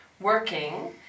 working